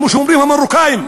כמו שאומרים המרוקאים,